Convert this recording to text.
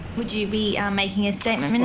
would you be making a statement,